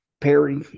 Perry